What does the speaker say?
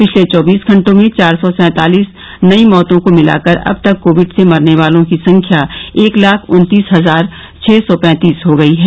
पिछले चौबीस घंटों में चार सौ सैंतालीस नई मौतों को मिलाकर अब तक कोविड से मरने वालों की संख्या एक लाख उन्तीस हजार छह सौ पैंतीस हो गई है